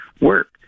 work